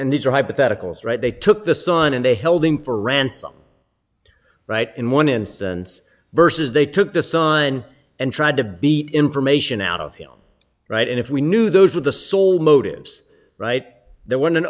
and these are hypotheticals right they took the son and they held him for ransom right in one instance versus they took the son and tried to beat information out of him right and if we knew those were the sole motives right there w